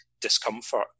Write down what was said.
discomfort